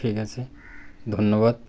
ঠিক আছে ধন্যবাদ